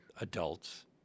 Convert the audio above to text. adults